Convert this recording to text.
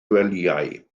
gwelyau